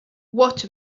what